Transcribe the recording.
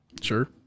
Sure